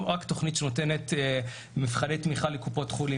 היא לא רק תוכנית שנותנת מבחני תמיכה לקופות חולים.